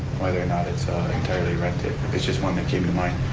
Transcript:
whether or not it's entirely rented, it's just one that came to mind.